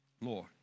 Lord